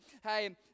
hey